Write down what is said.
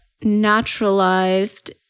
naturalized